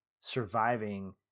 surviving